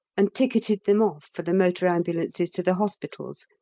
and ticketed them off for the motor ambulances to the hospitals,